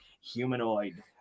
humanoid